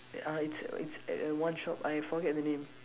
that uh it's it's at a one shop I forget the name